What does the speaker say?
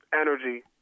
energy